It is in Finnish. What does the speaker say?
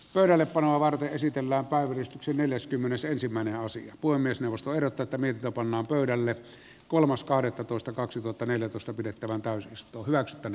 pöydällepanoa varten esitellä vahvistuksen neljäskymmenesensimmäinen osa puhemiesneuvosto eroteta mikä pannaan pöydälle kolmas kahdettatoista kaksituhattaneljätoista pidettävältä istuu väestön